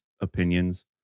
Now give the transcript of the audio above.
opinions